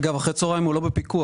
אגב, אחרי הצוהריים הוא לא בפיקוח.